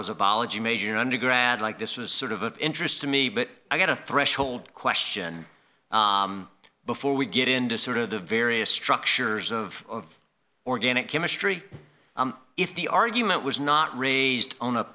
was a biology major in undergrad like this was sort of interest to me but i got a threshold question before we get into sort of the various structures of organic chemistry if the argument was not raised on a